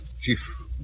Chief